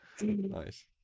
nice